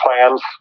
plans